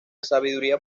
sabiduría